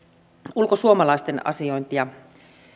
ulkosuomalaisten asiointia